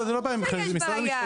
זה לא משרד המשפטים.